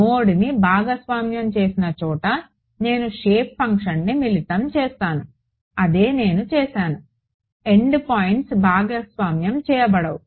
నోడ్ని భాగస్వామ్యం చేసిన చోట నేను షేప్ ఫంక్షన్ని మిళితం చేసాను అదే నేను చేసాను ఎండ్ పాయింట్స్ భాగస్వామ్యం చేయబడవు